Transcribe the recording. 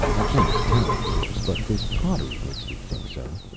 i can't tell, of course, but this pottery makes me think so.